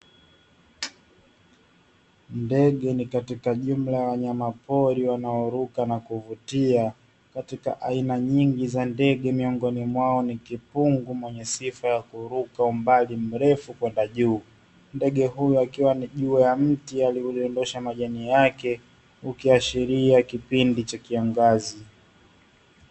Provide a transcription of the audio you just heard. Ndege ni katika jumla ya wanyamapori wanaoruka na kuvutia katika aina nyingi za ndege miongoni mwao ni kifungu mwenye sifa ya kuruka umbali mrefu kwenda juu. Ndege huyu akiwa juu ya mti uliyodondosha majani yake ukiashiria kipindi cha kiangazi.